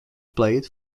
played